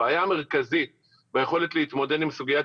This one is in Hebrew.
הבעיה המרכזית ביכולת להתמודד עם סוגיית